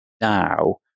now